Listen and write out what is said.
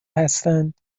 هستند